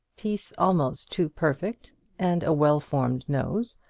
teeth almost too perfect and a well-formed nose,